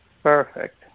Perfect